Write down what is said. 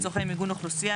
לצורכי מיגון אוכלוסייה,